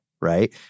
right